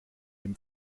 dem